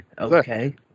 okay